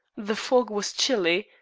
the fog was chilly,